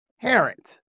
parent